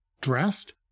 dressed